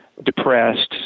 depressed